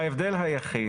ההבדל היחיד,